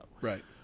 Right